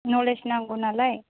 knowledge नांगौ नालाय